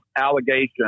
allegation